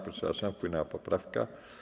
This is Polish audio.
Przepraszam, wpłynęła poprawka.